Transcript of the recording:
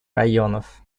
районов